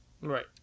Right